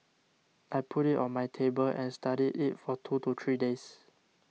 I put it on my table and studied it for two to three days